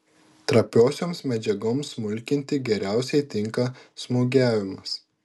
trapiosioms medžiagoms smulkinti geriausiai tinka smūgiavimas